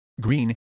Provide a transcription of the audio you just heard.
green